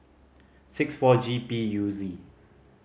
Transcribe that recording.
six four G P U Z